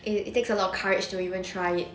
it it takes a lot of courage to even try it